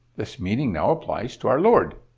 this meaning now applies to our lord.